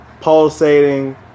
pulsating